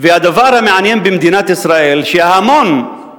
והדבר המעניין במדינת ישראל הוא שההמון,